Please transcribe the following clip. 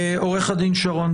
עו"ד שרון,